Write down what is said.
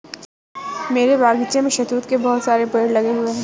मेरे बगीचे में शहतूत के बहुत सारे पेड़ लगे हुए हैं